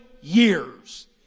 years